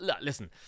listen